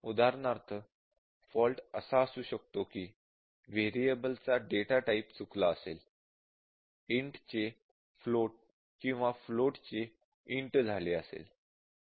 उदाहरणार्थ फॉल्ट असा असू शकतो की वेरीअबल चा डेटा टाइप चुकला असेल इंट चे फ्लोट किंवा फ्लोट चे इंट झाले असेल